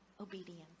obedience